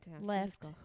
left